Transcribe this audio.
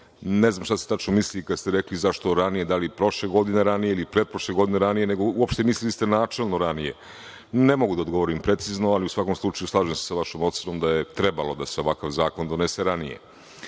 Ne znam na šta se tačno misli kada ste rekli zašto ranije, da li prošle godine ranije ili pretprošle godine ranije, nego, uopšte mislili ste načelno ranije? Ne mogu da odgovorim precizno, ali u svakom slučaju, slažem se sa vašom ocenom da je trebalo da se ovakav zakon donese